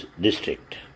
district